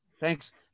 Thanks